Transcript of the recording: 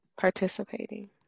Participating